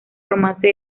romance